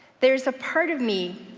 there's a part of me